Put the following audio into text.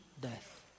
death